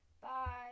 Bye